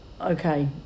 Okay